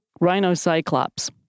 Rhinocyclops